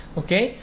okay